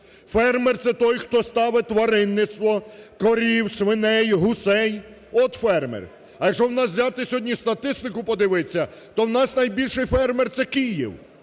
Фермер – це той, хто ставе тваринництво: корів, свиней, гусей – от фермер. А, якщо у нас взяти сьогодні статистику подивитись, то у нас найбільший фермер – це Київ.